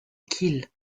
kil